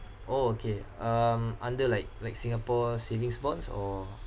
orh okay um under like like singapore savings bonds or